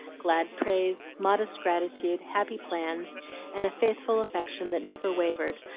glad praise, modest gratitude, happy plans and a faithful affection that never wavered,